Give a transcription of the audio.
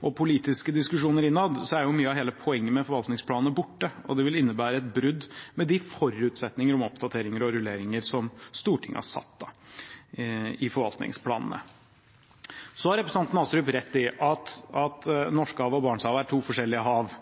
og politiske diskusjoner innad, er mye av poenget med forvaltningsplanene borte, og det vil innebære et brudd med de forutsetningene om oppdateringer og rulleringer som Stortinget har satt i forvaltningsplanene. Representanten Astrup har rett i at Norskehavet og Barentshavet er to forskjellige hav.